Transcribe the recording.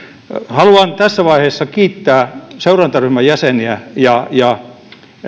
haluan tässä vaiheessa kiittää seurantaryhmän jäseniä ja ja